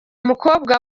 mukobwa